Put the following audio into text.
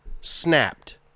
snapped